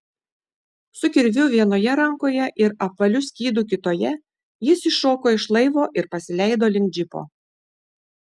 su kirviu vienoje rankoje ir apvaliu skydu kitoje jis iššoko iš laivo ir pasileido link džipo